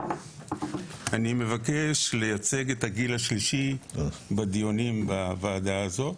אני מבקש לייצג את הגיל השלישי בדיונים בוועדה הזו.